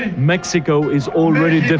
and mexico is already but